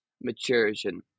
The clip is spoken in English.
maturation